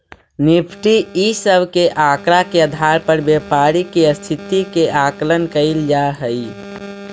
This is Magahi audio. निफ़्टी इ सब के आकड़ा के आधार पर व्यापारी के स्थिति के आकलन कैइल जा हई